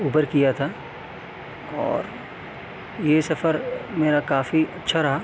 Uber کیا تھا اور یہ سفر میرا کافی اچھا رہا